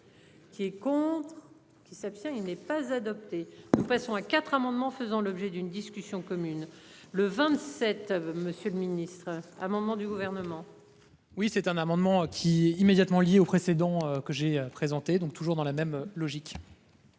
Qui est contre. Qui s'abstient. Il n'est pas adopté de façon à quatre amendements faisant l'objet d'une discussion commune le 27. Monsieur le Ministre, à un moment du gouvernement. Oui c'est un amendement qui immédiatement lié au précédent que j'ai présenté donc toujours dans la même logique.